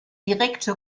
direkte